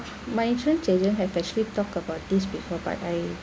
my insurance agent have actually talked about this before but I